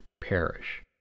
perish